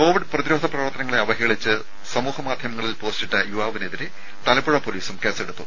Covid പ്രതിരോധ പ്രവർത്തനങ്ങളെ അവഹേളിച്ച് സാമൂഹ്യ മാധ്യമങ്ങളിൽ പോസ്റ്റിട്ട യുവാവിനെതിരെ തലപ്പുഴ പൊലീസും കേസെടുത്തു